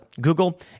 Google